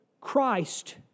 Christ